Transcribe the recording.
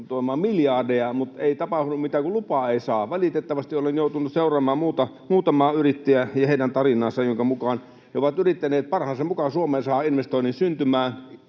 investoimaan miljardeja, mutta ei tapahdu mitään, kun lupaa ei saa. Valitettavasti olen joutunut seuraamaan muutamaa yrittäjää ja heidän tarinaansa, jonka mukaan he ovat yrittäneet parhaansa mukaan saada syntymään